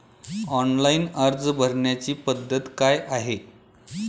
Online अर्ज भरण्याची पद्धत काय आहे?